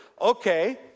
Okay